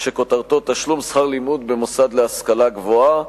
שכותרתו "תשלום שכר לימוד במוסד להשכלה גבוהה";